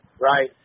Right